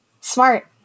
Smart